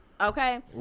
okay